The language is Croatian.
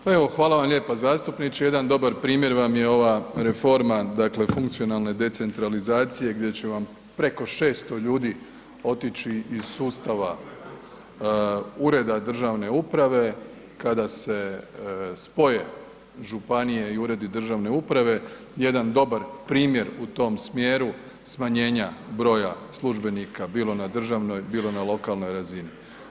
Pa evo, hvala vam lijepo zastupniče, jedan dobar primjer vam je ova reforma, dakle funkcionalne decentralizacije gdje će vam preko 600 ljudi otići iz sustava ureda državne uprave kada se spoje županije i uredi državne uprave, jedan dobar primjer u tom smjeru smanjenja broja službenika bilo na državnoj, bilo na lokalnoj razini.